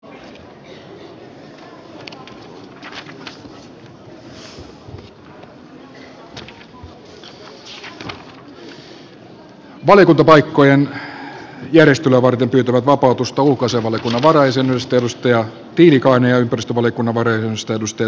valiokuntapaikkojen järjestelyä varten pyytävät vapautusta ulkoasiainvaliokunnan varajäsenyydestä kimmo tiilikainen ja ympäristövaliokunnan varajäsenyydestä juha sipilä